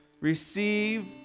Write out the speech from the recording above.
Receive